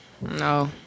no